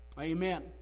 amen